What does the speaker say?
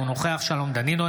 אינו נוכח שלום דנינו,